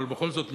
אבל בכל זאת,